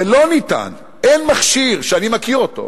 ולא ניתן, אין מכשיר שאני מכיר אותו,